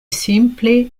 simple